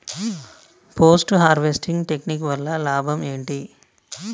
Post harvesting technique వల్ల లాభం ఏంటి?